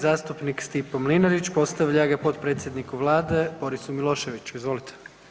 Zastupnik Stipo Mlinarić, postavlja ga potpredsjedniku Vlade Borisu Miloševiću, izvolite.